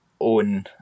own